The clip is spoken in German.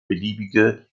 beliebige